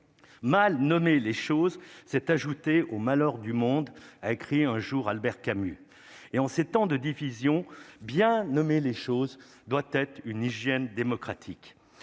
mal nommer les choses c'est ajouter au malheur du monde, a écrit un jour : Albert Camus et en ces temps de division bien nommer les choses, doit être une hygiène démocratique,